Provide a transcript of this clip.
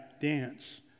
dance